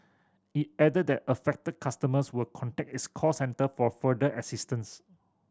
it added that affected customers would contact its call centre for further assistance